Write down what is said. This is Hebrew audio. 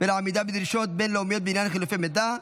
ולעמידה בדרישות בין-לאומיות בעניין חילופי מידע)